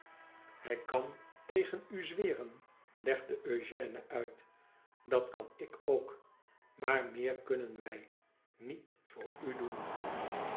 hij kan tegen u zweren legde eugène uit tdat kan ik ook maar meer kunnen wij niet voor u doen